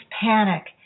panic